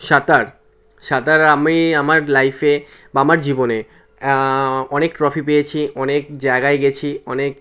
সাঁতার সাঁতার আমি আমার লাইফে বা আমার জীবনে অনেক ট্রফি পেয়েছি অনেক জায়গায় গিয়েছি অনেক